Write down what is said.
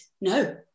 No